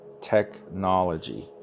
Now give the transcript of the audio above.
technology